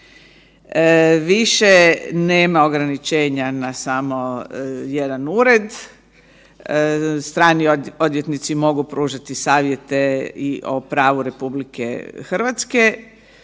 Više nema ograničenja na samo jedan ured. Strani odvjetnici mogu pružati savjete i o pravu RH. Definira se